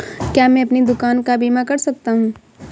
क्या मैं अपनी दुकान का बीमा कर सकता हूँ?